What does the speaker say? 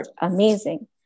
amazing